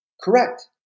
correct